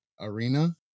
arena